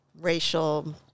racial